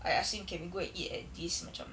I asked him can we go and eat at this macam